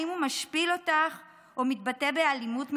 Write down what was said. האם הוא משפיל אותך או מתבטא באלימות מילולית?